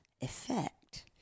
effect